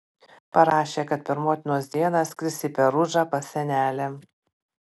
parašė kad per motinos dieną skris į perudžą pas senelę